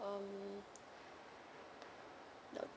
um nope